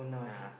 yeah